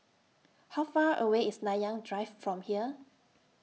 How Far away IS Nanyang Drive from here